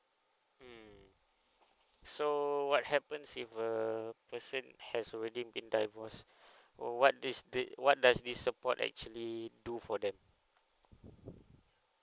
mm so what happen if a person has already been divorced what did this what does this support actually do for them